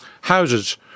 houses